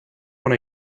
when